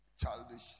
Childish